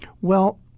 Well-